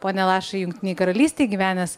ponia lašui jungtinei karalystei gyvenęs